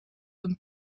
een